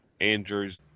Andrew's